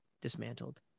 dismantled